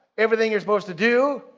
everything you're supposed to do.